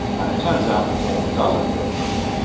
and it turns out the form does occur there,